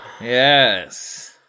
Yes